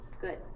good